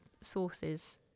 sources